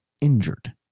injured